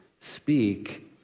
speak